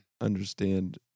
understand